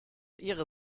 ihrer